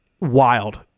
Wild